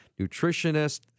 nutritionist